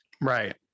right